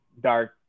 dark –